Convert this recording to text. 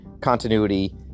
continuity